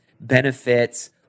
benefits